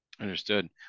Understood